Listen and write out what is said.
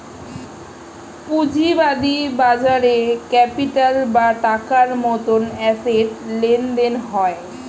পুঁজিবাদী বাজারে ক্যাপিটাল বা টাকার মতন অ্যাসেট লেনদেন হয়